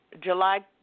July